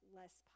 less